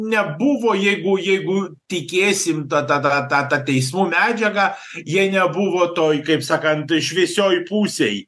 nebuvo jeigu jeigu tikėsim ta ta ta ta ta teismų medžiaga jie nebuvo toj kaip sakant šviesioj pusėj